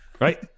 Right